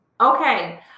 okay